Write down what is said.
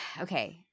okay